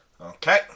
Okay